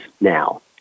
now